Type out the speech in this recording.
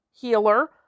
healer